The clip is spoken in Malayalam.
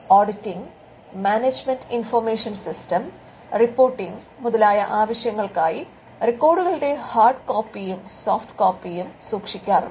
auditing management information system reporting മുതലായ ആവശ്യങ്ങൾക്കായി റിക്കോഡുകളുടെ ഹാർഡ് കോപ്പിയും സോഫ്റ്റ് കോപ്പിയും സൂക്ഷിക്കാറുണ്ട്